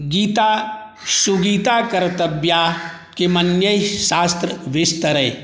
गीता सुगीता कर्तव्याः किमन्ये शास्त्र विश्तरै